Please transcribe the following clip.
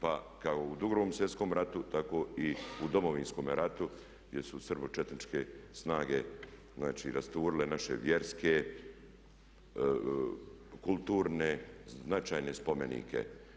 Pa kako i u 2. svjetskom ratu tako i u Domovinskome ratu gdje su srbočetničke snage znači rasturile naše vjerske, kulturne, značajne spomenike.